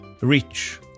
rich